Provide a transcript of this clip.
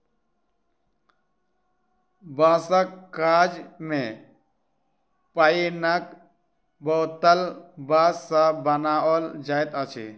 बाँसक काज मे पाइनक बोतल बाँस सॅ बनाओल जाइत अछि